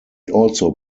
also